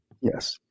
yes